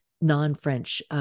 non-French